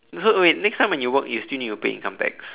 so wait next time when you work you still need to pay income tax